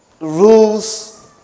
rules